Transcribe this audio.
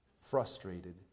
frustrated